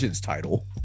title